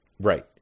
right